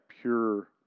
pure